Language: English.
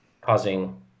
causing